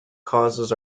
causes